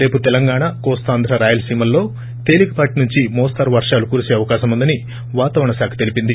రేపు తెలంగాణ కోస్తాంధ్ర రాయలసీమల్లో తేలికపాటి నుంచి మోస్తరు వర్గాలు కురిసే అవకాశం ఉందని వాతావరణ శాఖ తెలిపింది